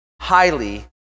highly